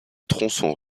tronçon